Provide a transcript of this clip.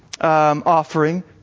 offering